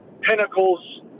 pinnacles